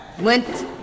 went